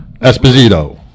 Esposito